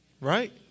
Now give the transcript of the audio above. right